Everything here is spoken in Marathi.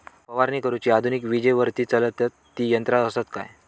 फवारणी करुची आधुनिक विजेवरती चलतत ती यंत्रा आसत काय?